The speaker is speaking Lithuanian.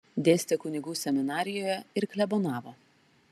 dėstė kunigų seminarijoje ir klebonavo